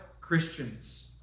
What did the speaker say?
Christians